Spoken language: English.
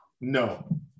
No